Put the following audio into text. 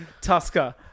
Tusker